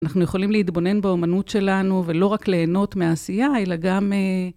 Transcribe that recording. אנחנו יכולים להתבונן באמנות שלנו, ולא רק ליהנות מעשייה, אלא גם...